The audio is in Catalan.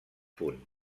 punt